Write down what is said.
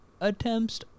attempts